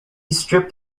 stripped